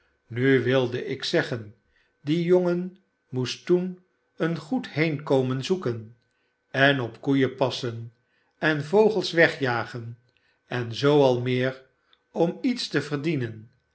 nu wilde ik zeggen die jongen moest toen een goed heenkomen zoeken en op koeien passen en vogels wegjagen en zoo al meer om iets te verdienen